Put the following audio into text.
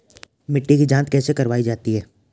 मिट्टी की जाँच कैसे करवायी जाती है?